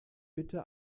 bitte